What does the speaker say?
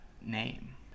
name